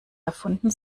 erfunden